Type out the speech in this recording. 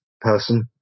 person